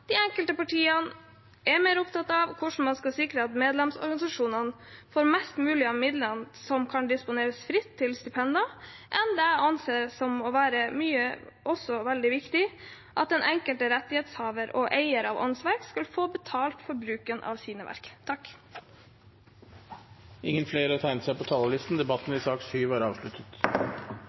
de enkelte partiene er mer opptatt av hvordan man skal sikre at medlemsorganisasjonene får mest mulig av midlene, som kan disponeres fritt til stipender, enn av det jeg anser for også å være veldig viktig, at den enkelte rettighetshaver og eier av åndsverk skal få betalt for bruken av sine verk. Flere har ikke bedt om ordet til sak